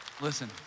listen